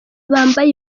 bambaye